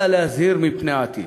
אלא להזהיר מפני העתיד.